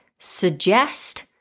Suggest